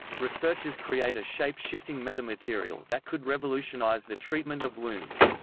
researchers create a shape-shifting metamaterial that could revolutionise the treatment of wounds.